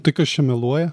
tai kas čia meluoja